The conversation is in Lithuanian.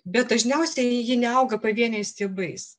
bet dažniausiai ji neauga pavieniais stiebais